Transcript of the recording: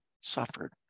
suffered